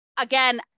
again